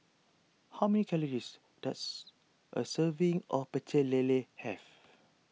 how many calories does a serving of Pecel Lele have